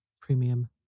Premium